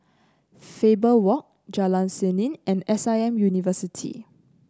Faber Walk Jalan Seni and S I M University